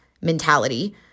mentality